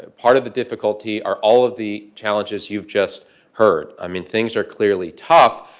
ah part of the difficulty are all of the challenges you've just heard. i mean, things are clearly tough.